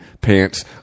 pants